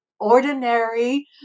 ordinary